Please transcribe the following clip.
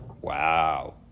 Wow